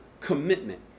commitment